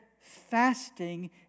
fasting